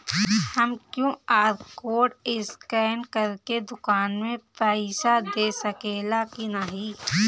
हम QR code scan करके दुकान में पईसा दे सकेला की नाहीं?